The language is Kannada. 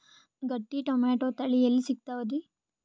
ಗಟ್ಟಿ ಟೊಮೇಟೊ ತಳಿ ಎಲ್ಲಿ ಸಿಗ್ತರಿ?